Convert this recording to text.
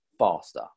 faster